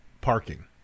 parking